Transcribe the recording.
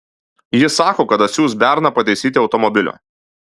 jis sako kad atsiųs berną pataisyti automobilio